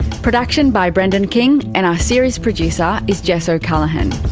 production by brendan king, and our series producer is jess o'callaghan,